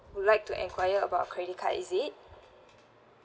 would like to enquire about credit card is it